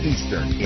Eastern